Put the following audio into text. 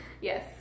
Yes